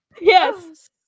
Yes